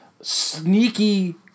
sneaky